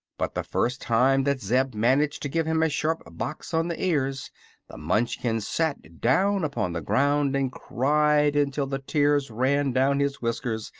but the first time that zeb managed to give him a sharp box on the ears the munchkin sat down upon the ground and cried until the tears ran down his whiskers,